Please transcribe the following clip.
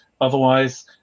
Otherwise